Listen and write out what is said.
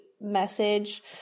message